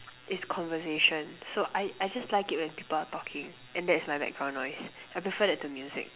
is conversation so I I just like it when people are talking and that's my background noise I prefer that to music